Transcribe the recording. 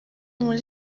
muri